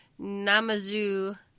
Namazu